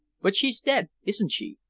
but she's dead, isn't she?